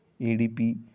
ADP